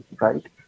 right